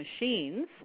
machines